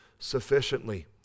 sufficiently